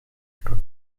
stark